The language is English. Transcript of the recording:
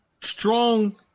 strong